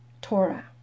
Torah